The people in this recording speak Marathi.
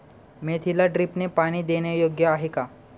मेथीला ड्रिपने पाणी देणे योग्य आहे का?